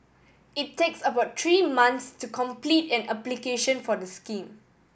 it takes about three months to complete an application for the scheme